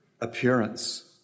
appearance